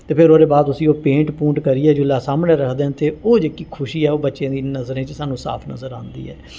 ते फिर ओह्दे बाद उसी ओह् पेंट पूंट करियै जिसलै सामनै रखदे न ते ओह् जेह्की खुशी ऐ ओह् बच्चें दी नज़रें च सानूं साफ नज़र आंदी ऐ